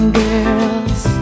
girls